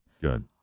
good